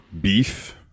beef